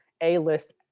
A-list